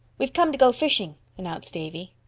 we've come to go fishing, announced davy.